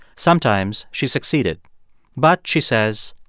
sometimes she succeeded but, she says,